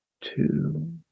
two